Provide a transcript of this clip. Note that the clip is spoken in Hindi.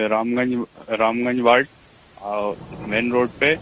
रामगंज रामगंज वार्ड और मैन रोड पर